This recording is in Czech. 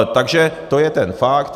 Takže to je ten fakt.